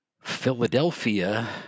Philadelphia